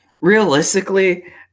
realistically